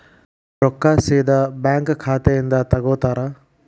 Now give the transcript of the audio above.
ರೊಕ್ಕಾ ಸೇದಾ ಬ್ಯಾಂಕ್ ಖಾತೆಯಿಂದ ತಗೋತಾರಾ?